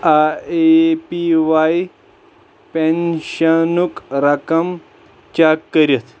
ٲں A P Y پَیٚنشیٚنُک رقم چیٚک کٔرِتھ